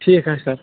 ٹھیٖک حظ چھُ سَر